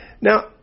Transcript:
Now